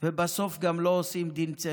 ובסוף גם לא עושים דין צדק.